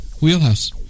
Wheelhouse